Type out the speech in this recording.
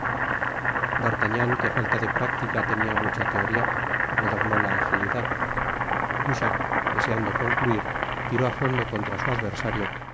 en vano d'artagnan que á falta de práctica tenia mucha teoría redobló la agilidad jussac deseando concluir tiró á fondo contra su adversario